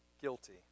guilty